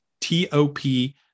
T-O-P